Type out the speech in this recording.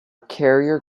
carrier